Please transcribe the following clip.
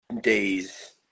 days